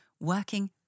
working